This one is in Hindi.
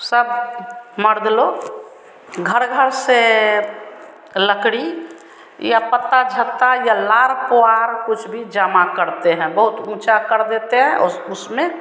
सब मर्द लोग घर घर से लकड़ी या पत्ता झत्ता या लार पुआल कुछ भी जमा करते हैं बहुत ऊँचा कर देते हैं उस उसमें